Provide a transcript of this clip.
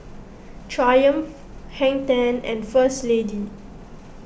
Triumph Hang ten and First Lady